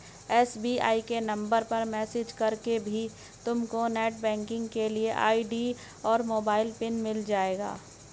SBI के number पर message करके भी तुमको नेटबैंकिंग के लिए आई.डी और मोबाइल पिन मिल जाएगा